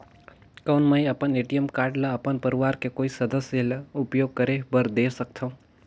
कौन मैं अपन ए.टी.एम कारड ल अपन परवार के कोई सदस्य ल उपयोग करे बर दे सकथव?